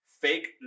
fake